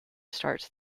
starts